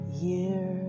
Year